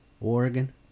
Oregon